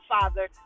Father